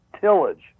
tillage